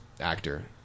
actor